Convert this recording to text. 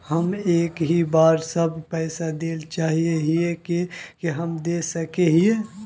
हम एक ही बार सब पैसा देल चाहे हिये की हम दे सके हीये?